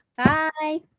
Bye